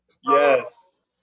Yes